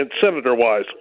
senator-wise